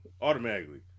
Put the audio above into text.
Automatically